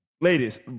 Ladies